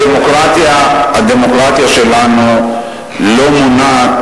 הדמוקרטיה שלנו לא מונעת